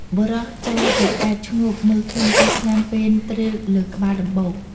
បុរសចូលទៅអើតឈ្ងោកមើលឃើញពស់ថ្លាន់ពេនទ្រេលលើក្បាលដំបូក។